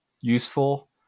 useful